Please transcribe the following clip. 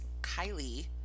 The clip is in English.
Kylie